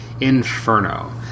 Inferno